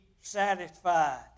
satisfied